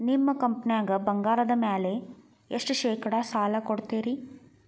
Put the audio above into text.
ನಿಮ್ಮ ಕಂಪನ್ಯಾಗ ಬಂಗಾರದ ಮ್ಯಾಲೆ ಎಷ್ಟ ಶೇಕಡಾ ಸಾಲ ಕೊಡ್ತಿರಿ?